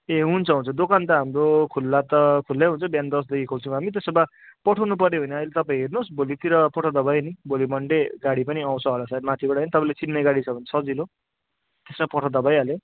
ए हुन्छ हुन्छ दोकान त हाम्रो खुल्ला त खुल्लै हुन्छ बिहान दस बजी खोल्छौँ हामी त्यसो भए पठाउनुपर्यो भने अहिले त तपाईँ हेर्नुहोस् भोलितिर पठाउँदा भयो नि भोलि मन्डे गाडी पनि आउँछ होला सायद माथिबाट तपाईँले चिन्ने गाडी छ भने सजिलो त्यसमा पठाउँदा भइहाल्यो